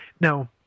Now